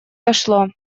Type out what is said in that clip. дошло